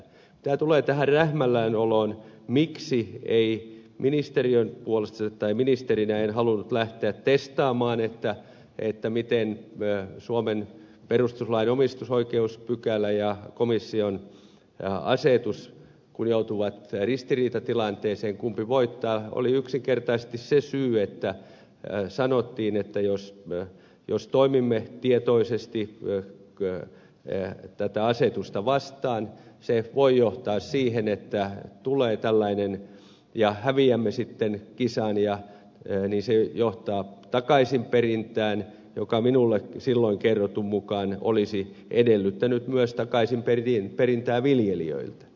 mitä tulee tähän rähmällään oloon miksi ei ministeriön puolesta haluttu tai ministerinä en halunnut lähteä testaamaan kumpi voittaa suomen perustuslain omistusoikeuspykälän ja komission asetuksen joutuessa ristiriitatilanteeseen syy oli yksinkertaisesti se että sanottiin että jos toimimme tietoisesti tätä asetusta vastaan se voi johtaa siihen että häviämme sitten kisan ja se johtaa takaisinperintään joka minulle silloin kerrotun mukaan olisi edellyttänyt myös takaisinperintää viljelijöiltä